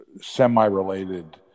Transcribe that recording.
semi-related